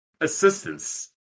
assistance